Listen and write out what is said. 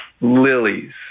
lilies